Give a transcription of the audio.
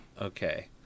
okay